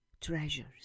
treasures